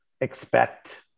Expect